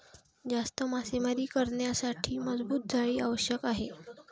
जास्त मासेमारी करण्यासाठी मजबूत जाळी आवश्यक आहे